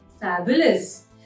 Fabulous